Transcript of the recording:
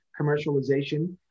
commercialization